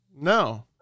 No